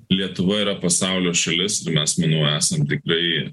lietuva yra pasaulio šalis ir mes manau esam tikrai